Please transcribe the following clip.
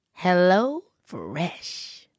HelloFresh